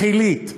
תחילית.